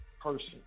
person